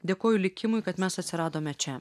dėkoju likimui kad mes atsiradome čia